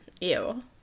Ew